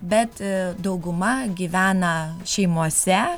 bet dauguma gyvena šeimose